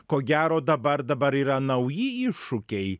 ko gero dabar dabar yra nauji iššūkiai